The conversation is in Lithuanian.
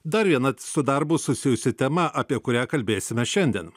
dar viena su darbu susijusi tema apie kurią kalbėsime šiandien